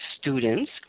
students